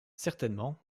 certainement